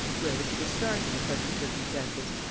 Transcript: where was he to start in the present circumstances?